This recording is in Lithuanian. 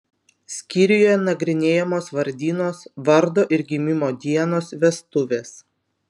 skyriuje nagrinėjamos vardynos vardo ir gimimo dienos vestuvės